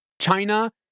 China